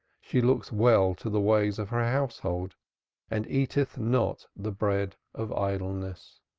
she looketh well to the ways of her household and eateth not the bread of idleness.